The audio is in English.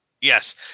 Yes